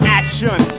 action